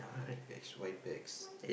money packs why packs